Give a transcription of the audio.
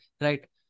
Right